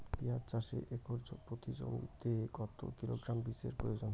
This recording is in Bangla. পেঁয়াজ চাষে একর প্রতি জমিতে কত কিলোগ্রাম বীজের প্রয়োজন?